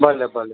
ભલે ભલે